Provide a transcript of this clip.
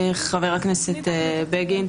חבר הכנסת בגין,